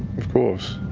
of course.